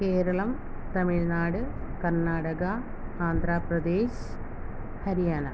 Keralam Tamil Nadu Karnataka Andhra Pradesh Haryana